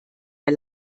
der